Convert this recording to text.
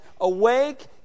awake